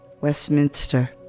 Westminster